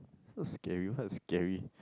so scary what is scary